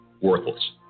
worthless